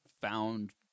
found